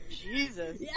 Jesus